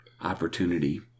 opportunity